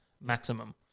maximum